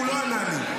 הוא לא ענה לי.